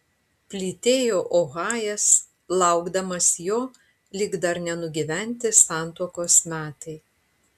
plytėjo ohajas laukdamas jo lyg dar nenugyventi santuokos metai